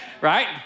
right